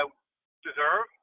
deserve